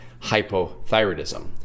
hypothyroidism